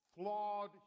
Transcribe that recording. flawed